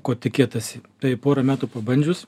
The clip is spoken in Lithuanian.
ko tikėtasi tai porą metų pabandžius